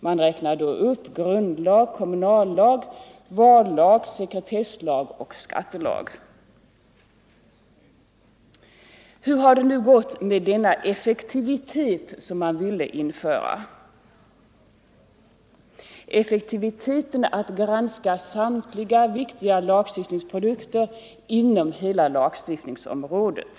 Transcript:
Man räknar upp grundlag, kommunallag, vallag, sekretesslag och skattelag. Hur har det nu gått med den effektivitet som man ville åstadkomma genom att införa en granskning av samtliga viktiga lagstiftningsprodukter inom hela lagstiftningsområdet?